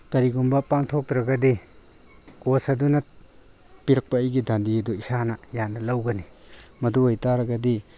ꯀꯔꯤꯒꯨꯝꯕ ꯄꯥꯡꯊꯣꯛꯇ꯭ꯔꯒꯗꯤ ꯀꯣꯆ ꯑꯗꯨꯅ ꯄꯤꯔꯛꯄ ꯑꯩꯒꯤ ꯗꯟꯗꯤ ꯑꯗꯨ ꯏꯁꯥꯅ ꯌꯥꯅ ꯂꯧꯒꯅꯤ ꯃꯗꯨ ꯑꯣꯏꯇꯥꯔꯒꯗꯤ